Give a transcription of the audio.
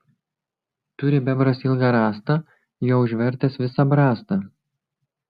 turi bebras ilgą rąstą juo užvertęs visą brastą